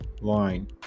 line